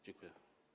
Dziękuję.